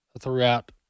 throughout